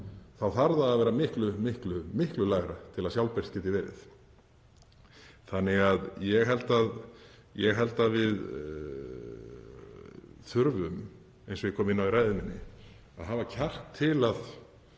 þá þarf það að vera miklu, miklu lægra til að sjálfbært geti verið. Þannig að ég held að við þurfum, eins og ég kom inn á í ræðu minni, að hafa kjark til að